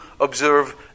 observe